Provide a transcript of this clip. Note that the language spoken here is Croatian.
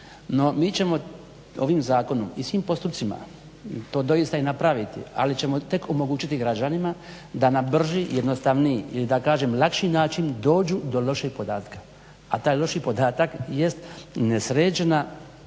No mi ćemo ovim zakonom i svim postupcima to doista i napraviti, ali ćemo tek omogućiti građanima da na brži, jednostavniji ili da kažem lakši način dođu do lošeg podatka, a taj loši podatak jest nesređena